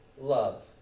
love